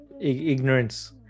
ignorance